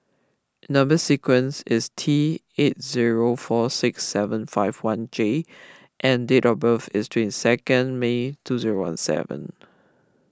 Number Sequence is T eight zero four six seven five one J and date of birth is twenty second May two zero one seven